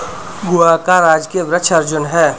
गोवा का राजकीय वृक्ष अर्जुन है